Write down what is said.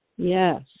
Yes